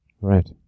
Right